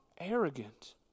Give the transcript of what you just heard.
arrogant